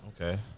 Okay